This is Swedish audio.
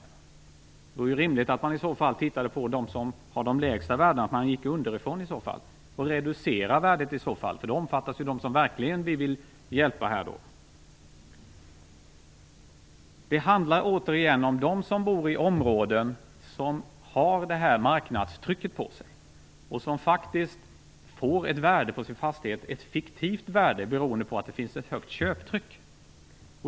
Det vore ju mer rimligt att man såg över situationen för dem som har de lägsta värdena, att man började från botten och reducerade deras fastighetstaxeringsvärden. På det sättet skulle ju de omfattas som vi verkligen vill hjälpa. Det handlar återigen om dem som bor i områden med detta marknadstryck, och som faktiskt får ett fiktivt värde på sin fastighet beroende på att det finns ett högt köptryck.